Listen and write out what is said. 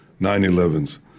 9-11s